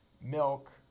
milk